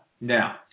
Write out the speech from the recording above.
Now